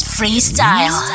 Freestyle